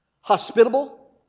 hospitable